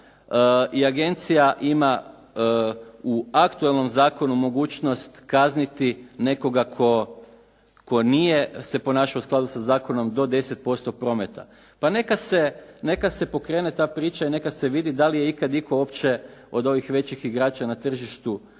i agencija ima u aktualnom zakonu mogućnost kazniti nekoga tko nije se ponašao u skladu sa zakonom do 10% prometa, pa neka se pokrene ta priča i neka se vidi dali je itko ikada uopće od ovih većih igrača na tržištu platio